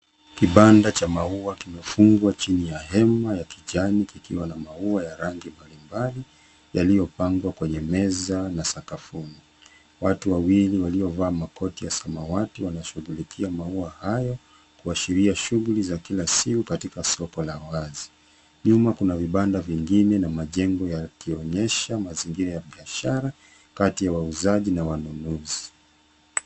Kibanda cha maua kimefungwa chini ya hema ya kijani kikiwa na maua ya rangi mbalimbali yaliyopangwa kwenye meza na sakafuni. Watu wawili waliovaa makoti ya samawati wanashughulikia maua hayo kuashiria shughuli za kila siku katika soko la wazi. Nyuma kuna vibanda vingine na majengo yakionyesha mazingira ya biashara kati ya wauzaji na wanunuzi.